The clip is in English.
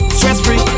Stress-free